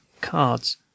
cards